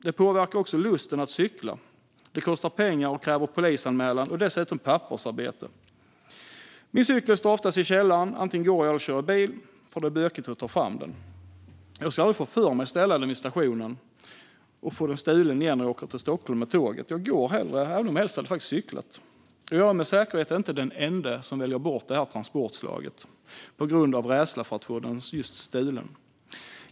Det påverkar också lusten att cykla. Det kostar pengar och kräver polisanmälan och dessutom pappersarbete. Min cykel står oftast i källaren - antingen går jag eller kör bil, för det är bökigt att ta fram cykeln. Jag skulle aldrig få för mig att ställa den vid stationen och få den stulen igen när jag åker till Stockholm med tåget. Jag går hellre, även om jag egentligen helst hade cyklat. Jag är med säkerhet inte den ende som väljer bort detta transportslag på grund av rädsla för att få cykeln stulen.